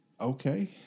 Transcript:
Okay